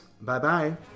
Bye-bye